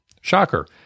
Shocker